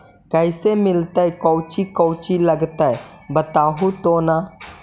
कैसे मिलतय कौची कौची लगतय बतैबहू तो न?